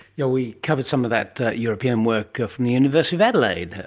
you know we covered some of that european work ah from the university of adelaide,